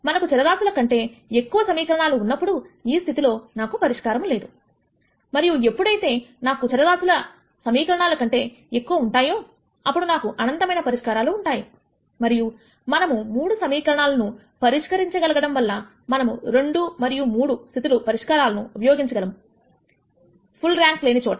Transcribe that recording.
మనకు చరరాశుల కంటే ఎక్కువ సమీకరణాలు ఉన్నప్పుడు ఈ స్థితిలో నాకు పరిష్కారం లేదు మరియు ఎప్పుడైతే నాకు చరరాశులు సమీకరణాల కంటే ఎక్కువ ఉంటాయో అప్పుడు నాకు అనంతమైన పరిష్కారాలు ఉంటాయి మరియు మనము 3 సమీకరణాలను పరిష్కరించగలగడం వలన మనము 2 మరియు 3 స్థితుల పరిష్కారాలను ఉపయోగించగలము ఫుల్ ర్యాంక్ లేని చోట